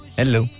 hello